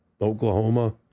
Oklahoma